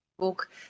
Book